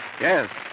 Yes